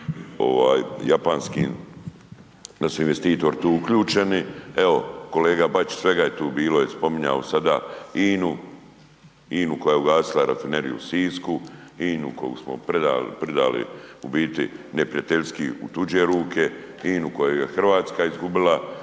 japanskim, da su investitori tu uključeni. Evo, kolega Bačić, svega je tu bilo i spominjao sada INA-u, INA-u koja je ugasila rafineriju u Sisku, INA-u koju smo predali u biti neprijateljski u tuđe ruke, INA-u koju je Hrvatska izgubila